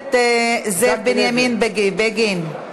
הכנסת זאב בנימין בגין,